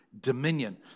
dominion